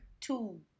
Two